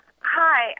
Hi